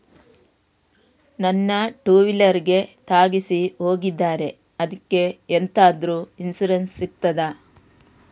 ನನ್ನ ಟೂವೀಲರ್ ಗೆ ತಾಗಿಸಿ ಹೋಗಿದ್ದಾರೆ ಅದ್ಕೆ ಎಂತಾದ್ರು ಇನ್ಸೂರೆನ್ಸ್ ಸಿಗ್ತದ?